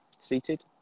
seated